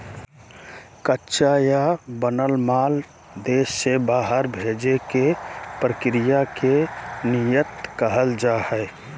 कच्चा या बनल माल देश से बाहर भेजे के प्रक्रिया के निर्यात कहल जा हय